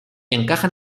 encajan